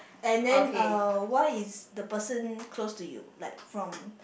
and then uh why is the person close to you like from